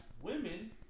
women